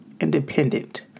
independent